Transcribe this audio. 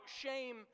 shame